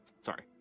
Sorry